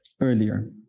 earlier